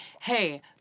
hey